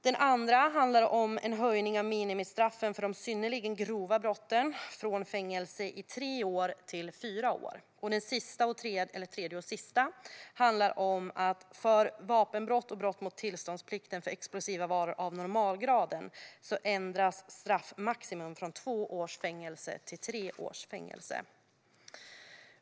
Det andra förslaget handlar om en höjning av minimistraffen för de synnerligen grova brotten, från fängelse i tre år till fyra år. Det tredje och sista förslaget handlar om att för vapenbrott och brott mot tillståndsplikten för explosiva varor av normalgraden ändras straffmaximum från två års fängelse till tre års fängelse.